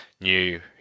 new